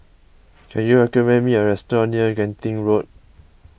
can you recommend me a restaurant near Genting Road